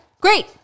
Great